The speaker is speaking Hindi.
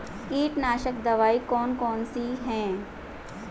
कीटनाशक दवाई कौन कौन सी हैं?